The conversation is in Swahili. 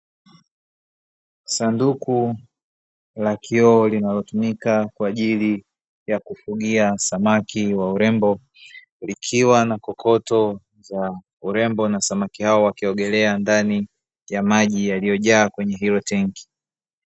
Sanduku la kioo, linalotumika kwa ajili ya kufugia samaki wa urembo, likiwa na kokoto za urembo na samaki hao wakiogelea ndani ya maji yaliyojaa kwenye hilo tenki.